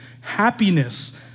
happiness